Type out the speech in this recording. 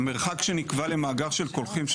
המרחק שנקבע למאגר של קולחין,